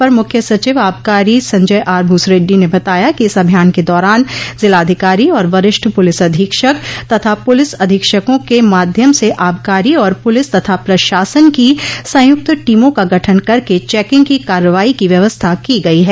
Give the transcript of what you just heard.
अपर मुख्य सचिव आबकारी संजय आर भूसरेड्डी ने बताया कि इस अभियान के दौरान जिलाधिकारी और वरिष्ठ पुलिस अधीक्षक तथा पुलिस अधीक्षकों के माध्यम से आबकारी और पुलिस तथा प्रशासन की संयुक्त टीमों का गठन करके चेकिंग की कार्रवाई की व्यवस्था की गई है